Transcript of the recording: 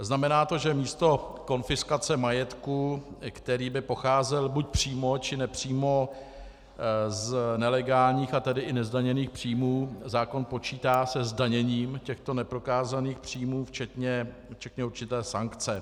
Znamená to, že místo konfiskace majetku, který by pocházel buď přímo, či nepřímo z nelegálních, a tedy i nezdaněných příjmů, zákon počítá se zdaněním těchto neprokázaných příjmů včetně určité sankce.